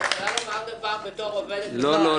אני יכולה לדבר בתור עובדת מדינה לשעבר